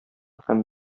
һәм